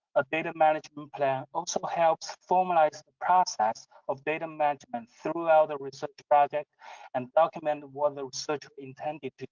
a data management plan also helps formalize the process of data management throughout the research project and document what the research intended to do.